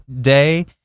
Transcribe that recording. day